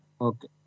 Okay